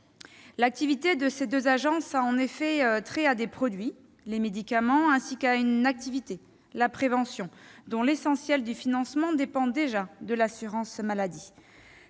L'activité de ces deux agences a en effet trait à des produits, les médicaments, ainsi qu'à une activité, la prévention, dont l'essentiel du financement dépend déjà de l'assurance maladie.